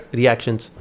reactions